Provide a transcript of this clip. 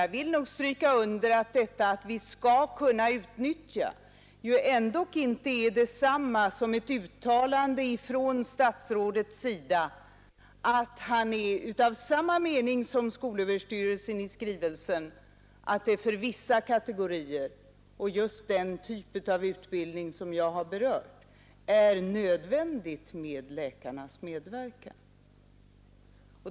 Jag vill nog understryka att detta, ”att vi skall kunna utnyttja” inte är detsamma som ett uttalande av statsrådet att han är av samma mening som skolöverstyrelsen i skrivelsen, att det för vissa kategorier — och just den typ av utbildning som jag har berört — är nödvändigt med läkarnas medverkan.